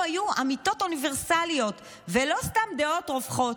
היו אמיתות אוניברסליות ולא סתם דעות רווחות.